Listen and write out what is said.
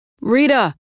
Rita